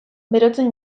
berotzen